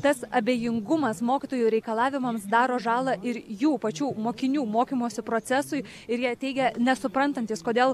tas abejingumas mokytojų reikalavimams daro žalą ir jų pačių mokinių mokymosi procesui ir jie teigia nesuprantantys kodėl